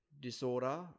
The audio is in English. disorder